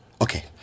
okay